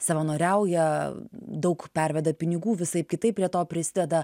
savanoriauja daug perveda pinigų visaip kitaip prie to prisideda